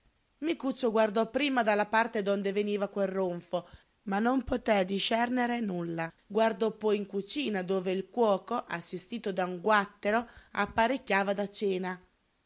lume micuccio guardò prima dalla parte donde veniva quel ronfo ma non poté discernere nulla guardò poi in cucina dove il cuoco assistito da un guattero apparecchiava da cena